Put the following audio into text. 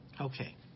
Okay